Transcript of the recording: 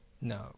No